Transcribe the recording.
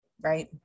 right